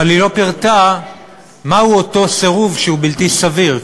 אבל היא לא פירטה מהו אותו סירוב שהוא בלתי סביר,